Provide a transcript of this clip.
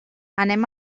anem